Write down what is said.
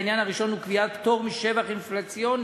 העניין הראשון הוא קביעת פטור משבח אינפלציוני